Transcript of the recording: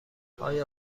آیا